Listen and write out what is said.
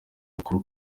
makuru